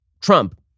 Trump